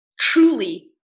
truly